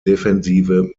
defensive